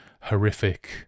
horrific